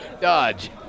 Dodge